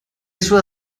sua